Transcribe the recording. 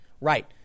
right